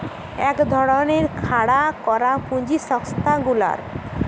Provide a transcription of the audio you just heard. এক ধরণের খাড়া করা পুঁজি সংস্থা গুলার